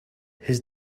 his